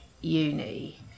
uni